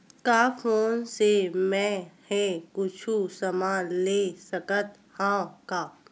का फोन से मै हे कुछु समान ले सकत हाव का?